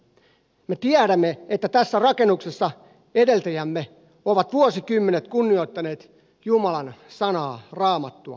me tiedämme että tässä rakennuksessa edeltäjämme ovat vuosikymmenet kunnioittaneet jumalan sanaa raamattua